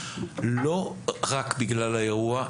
לא רק בגלל האירוע,